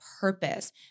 purpose